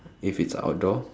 if it's outdoor